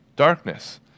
darkness